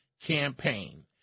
campaign